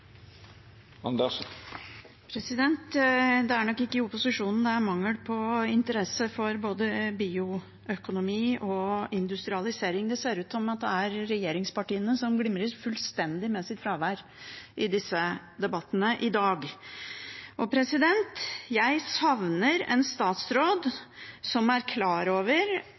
Det er nok ikke i opposisjonen det er mangel på interesse for både bioøkonomi og industrialisering. Det ser ut til å være regjeringspartiene som glimrer fullstendig med sitt fravær i disse debattene i dag. Jeg savner en statsråd som er klar over